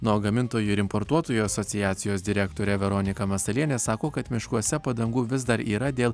na o gamintojų ir importuotojų asociacijos direktorė veronika masalienė sako kad miškuose padangų vis dar yra dėl